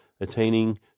attaining